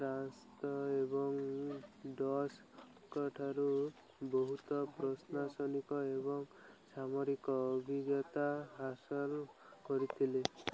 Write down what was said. ଫ୍ରାନ୍ସର ଏବଂ ଡଚ୍ଙ୍କ ଠାରୁ ବହୁତ ପ୍ରଶାସନିକ ଏବଂ ସାମରିକ ଅଭିଜ୍ଞତା ହାସଲ କରିଥିଲେ